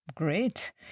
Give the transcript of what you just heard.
Great